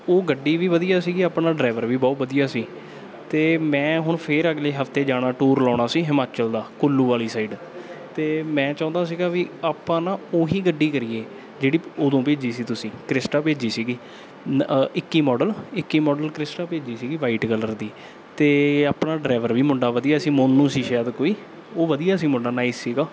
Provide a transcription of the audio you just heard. ਉਹ ਗੱਡੀ ਵੀ ਵਧੀਆ ਸੀਗੀ ਆਪਣਾ ਡਰਾਈਵਰ ਵੀ ਬਹੁਤ ਵਧੀਆ ਸੀ ਅਤੇ ਮੈਂ ਹੁਣ ਫਿਰ ਅਗਲੇ ਹਫ਼ਤੇ ਜਾਣਾ ਟੂਰ ਲਗਾਉਣਾ ਸੀ ਹਿਮਾਚਲ ਦਾ ਕੁੱਲੂ ਵਾਲੀ ਸਾਈਡ ਅਤੇ ਮੈਂ ਚਾਹੁੰਦਾ ਸੀਗਾ ਵੀ ਆਪਾਂ ਨਾ ਉਹ ਹੀ ਗੱਡੀ ਕਰੀਏ ਜਿਹੜੀ ਉਦੋਂ ਭੇਜੀ ਸੀ ਤੁਸੀਂ ਕ੍ਰਿਸਟਾ ਭੇਜੀ ਸੀਗੀ ਇੱਕੀ ਮੋਡਲ ਇੱਕੀ ਮੋਡਲ ਕ੍ਰਿਸਟਾ ਭੇਜੀ ਸੀਗੀ ਵਾਈਟ ਕਲਰ ਦੀ ਅਤੇ ਆਪਣਾ ਡਰਾਈਵਰ ਵੀ ਮੁੰਡਾ ਵਧੀਆ ਸੀ ਮੋਨੂ ਸੀ ਸ਼ਾਇਦ ਕੋਈ ਉਹ ਵਧੀਆ ਸੀ ਮੁੰਡਾ ਨਾਈਸ ਸੀਗਾ